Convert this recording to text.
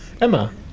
Emma